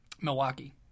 Milwaukee